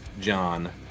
John